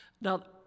Now